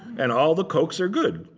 and all the cokes are good.